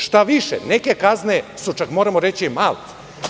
Štaviše, neke kazne su, čak moramo reći, i male.